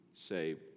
saved